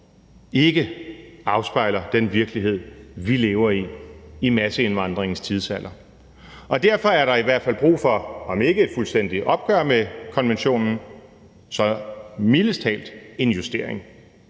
ikke afspejler den virkelighed, vi lever i i masseindvandringens tidsalder. Og derfor er der i hvert fald brug for, om ikke et fuldstændigt opgør med konventionen, så mildest talt en justering,